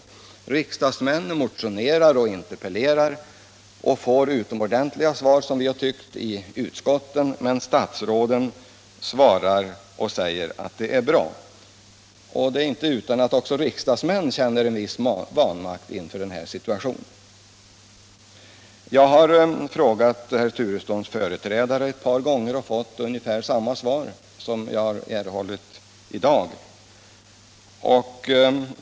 Vi riksdagsmän motionerar och interpellerar och får, som vi har tyckt, utomordentliga svar av utskottet, men statsråden svarar att den bestående ordningen är bra. Det är inte utan att också riksdagsmän känner en viss vanmakt inför denna situation. Jag har frågat herr Turessons företrädare ett par gånger och fått ungefär samma svar som jag har erhållit i dag.